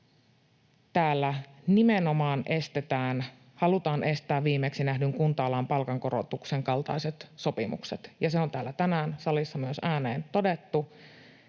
täällä nimenomaan halutaan estää viimeksi nähdyn kunta-alan palkankorotuksen kaltaiset sopimukset, ja se on täällä tänään salissa myös ääneen todettu.